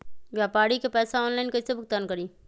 व्यापारी के पैसा ऑनलाइन कईसे भुगतान करी?